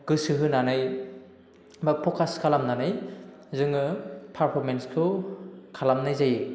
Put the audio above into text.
गोसो होनानै बा फकास खालामनानै जोङो फार्फरमेन्सखौ खालामनाय जायो